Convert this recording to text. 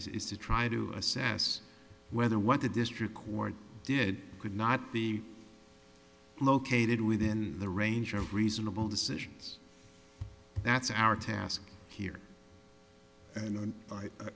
is to try to assess whether what the district court did could not be located within the range of reasonable decisions that's our task here and